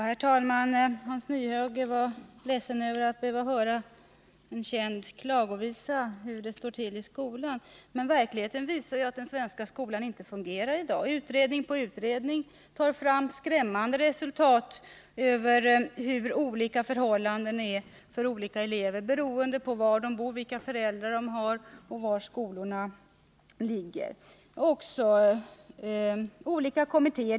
Herr talman! Hans Nyhage var ledsen över att behöva höra en känd klagovisa om hur det står till i skolan. Men verkligheten visar ju att den svenska skolan inte fungerar i dag. Utredning på utredning tar fram skrämmande uppgifter om hur olika förhållandena är för olika elever beroende på var de bor, vilka föräldrar de har och var skolorna ligger.